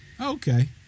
Okay